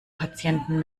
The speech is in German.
patienten